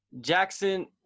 Jackson